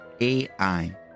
AI